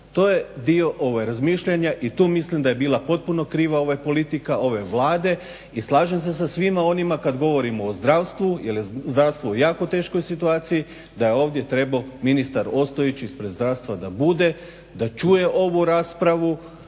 To je dio razmišljanja i tu mislim da je bila potpuno kriva politika ove Vlade i slažem se sa svima onima kad govorimo o zdravstvu jer je zdravstvo u jako teškoj situaciji, da je ovdje trebao ministar Ostojić ispred zdravstva da bude, da čuje ovu raspravu,